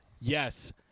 yes